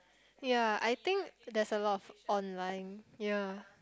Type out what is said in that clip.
yea I think there is a lot of online yea